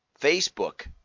Facebook